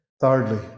thirdly